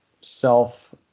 self